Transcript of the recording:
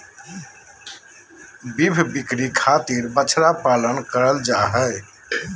beef बिक्री खातिर बछड़ा पालन करल जा हय